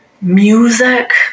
music